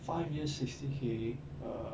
five years sixty K err